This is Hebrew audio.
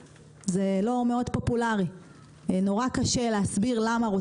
נורא קשה להסביר למה רוצים לתת הטבת מס למי שמרוויח בהייטק,